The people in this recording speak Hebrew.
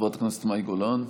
חברת הכנסת מאי גולן.